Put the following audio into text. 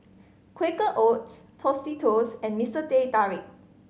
Quaker Oats Tostitos and Mister Teh Tarik